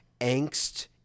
angst